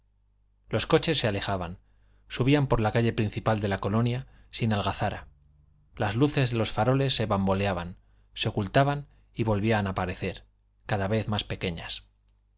los coches se alejaban subían por la calle principal de la colonia sin algazara las luces de los faroles se bamboleaban se ocultaban y volvían a aparecer cada vez más pequeñas